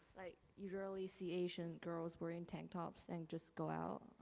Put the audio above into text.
like you rarely see asian girls wearing tank tops and just go out,